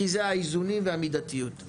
כי זה האיזונים והמידתיות.